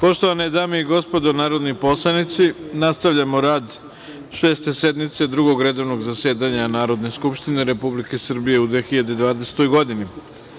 Poštovane dame i gospodo narodni poslanici, nastavljamo rad Šeste sednice Drugog redovnog zasedanja Narodne skupštine Republike Srbije u 2020. godini. Na